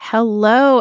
Hello